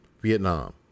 Vietnam